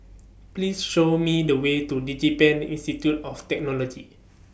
Please Show Me The Way to Digipen Institute of Technology